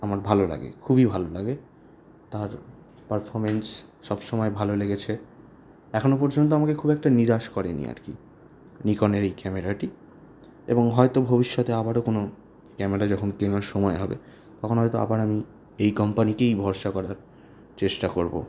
আমার ভালো লাগে খুবই ভালো লাগে তার পারফর্ম্যান্স সবসময় ভালো লেগেছে এখনও পর্যন্ত আমাকে খুব একটা নিরাশ করেনি আর কি নিকনের এই ক্যামেরাটি এবং হয়তো ভবিষ্যতে আবারও কোনও ক্যামেরা যখন কেনার সময় হবে তখন হয়তো আবার আমি এই কোম্পানিকেই ভরসা করার চেষ্টা করবো